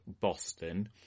Boston